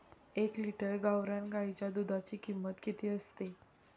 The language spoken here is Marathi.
एक लिटर गावरान गाईच्या दुधाची किंमत किती असते?